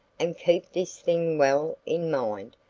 and keep this thing well in mind,